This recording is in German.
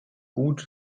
gut